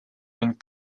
and